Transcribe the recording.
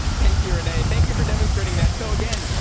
thank you, rene. thank you for demonstrating that. so again,